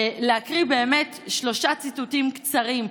להקריא שלושה ציטוטים קצרים,